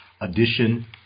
addition